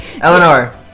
Eleanor